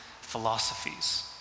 philosophies